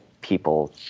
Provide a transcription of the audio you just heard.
people